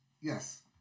Yes